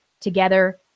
together